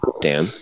Dan